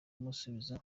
kumusubiza